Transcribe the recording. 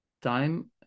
Time